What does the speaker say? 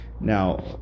Now